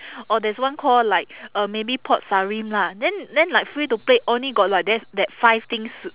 or there's one call like um maybe port sarim lah then then like free to play only got like tha~ that five things to